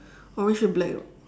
orange and black l~